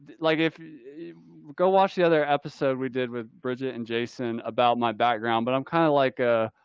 like if go watch the other episode we did with bridget and jason about my background, but i'm kind of like a,